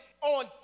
on